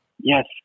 yes